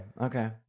okay